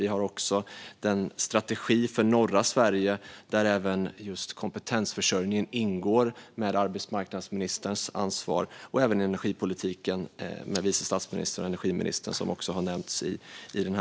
Vi har en strategi för norra Sverige där kompetensförsörjningen ingår, vilket arbetsmarknadsministern ansvarar för. Här ingår även energipolitiken, som vice statsministern och energiministern har ansvar för.